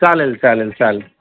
चालेल चालेल चालेल